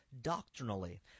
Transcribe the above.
doctrinally